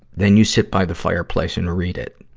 then you sit by the fireplace and read it.